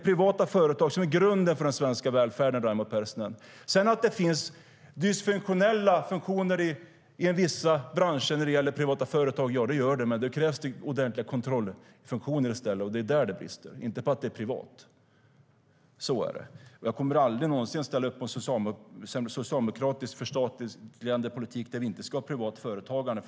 Privata företag är grunden för den svenska välfärden, Raimo Pärssinen.Jag kommer aldrig att ställa upp på en socialdemokratisk förstatligandepolitik där vi inte ska ha privat företagande.